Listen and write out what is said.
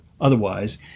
otherwise